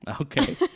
Okay